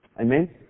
Amen